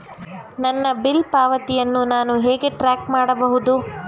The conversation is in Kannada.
ನನ್ನ ಬಿಲ್ ಪಾವತಿಯನ್ನು ನಾನು ಹೇಗೆ ಟ್ರ್ಯಾಕ್ ಮಾಡಬಹುದು?